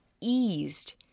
eased